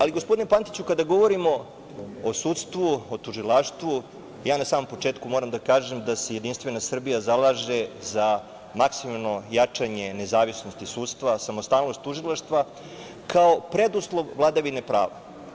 Ali, gospodine Pantiću, kada govorimo o sudstvu, o tužilaštvu ja na samom početku moram da kažem da se JS zalaže za maksimalno jačanje nezavisnosti sudstva, samostalnost tužilaštva, kao preduslov vladavine prava.